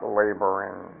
laboring